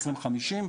2050,